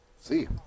See